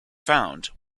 found